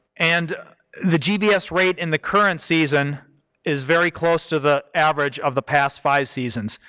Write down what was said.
and the gbs rate in the current season is very close to the average of the past five seasons,